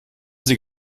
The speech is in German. sie